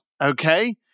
okay